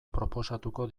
proposatuko